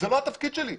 זה לא התפקיד שלי.